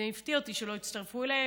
זה הפתיע אותי שלא הצטרפו אליי,